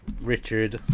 Richard